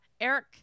Eric –